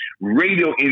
radio